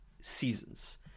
seasons